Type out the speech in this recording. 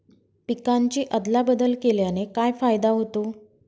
पिकांची अदला बदल केल्याने काय फायदा होतो?